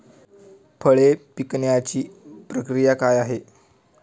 फळे पिकण्याची प्रक्रिया काय आहे?